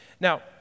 Now